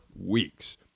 weeks